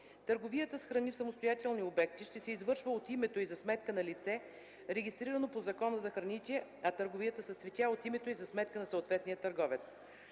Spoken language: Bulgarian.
Търговията с храни в самостоятелни обекти ще се извършва от името и за сметка на лице, регистрирано по Закона за храните, а търговията с цветя – от името и за сметка на съответния търговец.